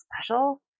special